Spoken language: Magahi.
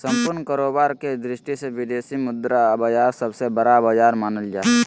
सम्पूर्ण कारोबार के दृष्टि से विदेशी मुद्रा बाजार सबसे बड़ा बाजार मानल जा हय